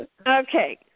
Okay